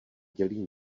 dělí